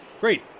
great